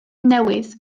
newydd